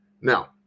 Now